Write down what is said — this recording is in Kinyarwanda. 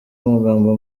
amagambo